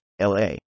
LA